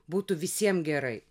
būtų visiem gerai